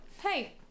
Hey